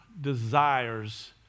desires